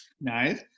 nice